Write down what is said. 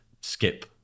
skip